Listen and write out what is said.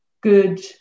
good